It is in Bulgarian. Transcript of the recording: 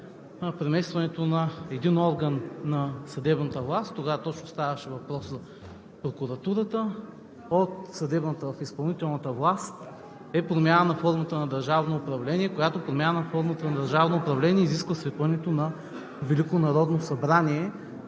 преместването на един орган на съдебната власт – тогава точно ставаше въпрос за прокуратурата, от съдебната в изпълнителната власт, е промяна на формата на държавното управление, която промяна на формата на държавното управление изисква свикването на